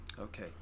Okay